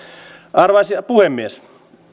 arvoisa puhemies